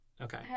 Okay